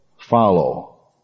follow